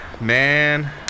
Man